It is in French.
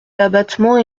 l’abattement